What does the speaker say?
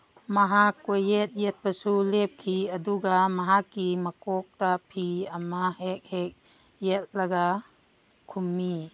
ꯃꯍꯥꯛ ꯀꯣꯏꯌꯦꯠ ꯌꯦꯠꯄꯁꯨ ꯂꯦꯞꯈꯤ ꯑꯗꯨꯒ ꯃꯍꯥꯛꯀꯤ ꯃꯀꯣꯛꯇ ꯐꯤ ꯑꯃ ꯍꯦꯛ ꯍꯦꯛ ꯌꯦꯠꯂꯒ ꯈꯨꯝꯃꯤ